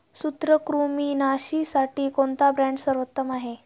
सूत्रकृमिनाशीसाठी कोणता ब्रँड सर्वोत्तम आहे?